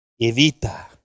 evita